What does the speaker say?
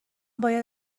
باید